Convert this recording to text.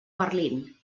berlín